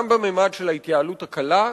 גם בממד של ההתייעלות הקלה,